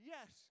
Yes